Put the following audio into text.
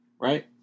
right